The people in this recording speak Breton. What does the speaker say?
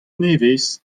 nevez